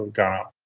gone up.